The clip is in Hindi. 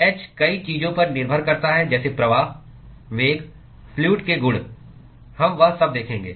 h कई चीजों पर निर्भर करता है जैसे प्रवाह वेग फ्लूअड के गुण हम वह सब देखेंगे